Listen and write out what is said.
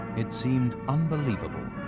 it seemed unbelievable.